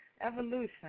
Evolution